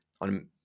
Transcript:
on